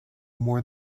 more